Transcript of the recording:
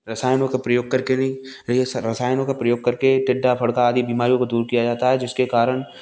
रसायनों का प्रयोग करके नहीं रसायनों का प्रयोग करके टिड्डा फड़का आदि बीमारियों को दूर किया जाता है जिसके कारण